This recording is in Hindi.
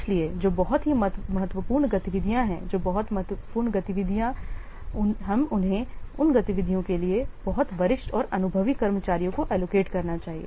इसलिए जो बहुत ही महत्वपूर्ण गतिविधियाँ हैं जो बहुत महत्वपूर्ण गतिविधियाँ हैं हमें उन गतिविधियों के लिए बहुत वरिष्ठ और अनुभवी कर्मचारियों को एलोकेट करना चाहिए